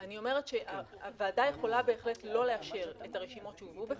אני אומרת שהוועדה יכולה בהחלט לא לאשר את הרשימות שהובאו בפניה.